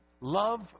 love